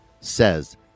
says